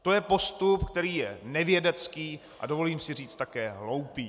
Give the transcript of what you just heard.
To je postup, který je nevědecký, a dovolím si říci, také hloupý.